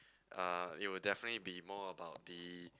uh it will definitely be more about the